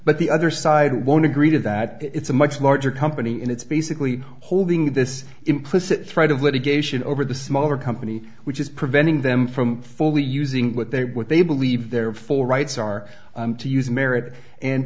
but the other side won't agree to that it's a much larger company and it's basically holding this implicit threat of litigation over the smaller company which is preventing them from fully using what they what they believe their full rights are to use merit and